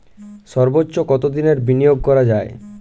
সর্বোচ্চ কতোদিনের বিনিয়োগ করা যায়?